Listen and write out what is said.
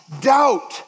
doubt